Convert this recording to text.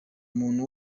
umuntu